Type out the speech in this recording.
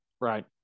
Right